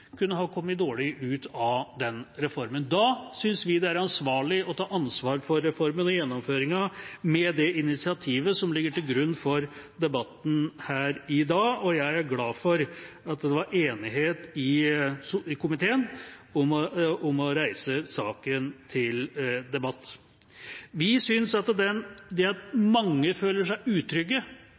kunne ha kommet dårlig ut av reformen. Da synes vi det er ansvarlig å se på reformen og gjennomføringen med det initiativet som ligger til grunn for debatten her i dag, og jeg er glad for at det var enighet i komiteen om å reise saken til debatt. Vi synes at det at mange føler seg utrygge